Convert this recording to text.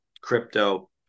crypto